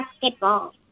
basketball